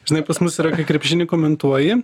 žinai pas mus yra kai krepšinį komentuoji